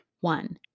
One